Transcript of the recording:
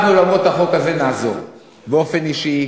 אנחנו, למרות החוק הזה, נעזור באופן אישי,